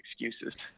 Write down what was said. excuses